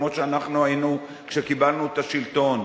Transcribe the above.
כמו שאנחנו היינו כשקיבלנו את השלטון,